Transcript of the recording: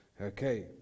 Okay